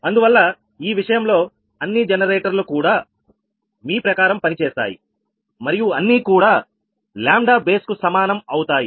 అందువల్ల ఈ విషయంలో అన్నీ జనరేటర్లు కూడా మీ ప్రకారం పని చేస్తాయి మరియు అన్నీ కూడా λ బేస్ కు సమానం అవుతాయి